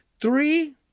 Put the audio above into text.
three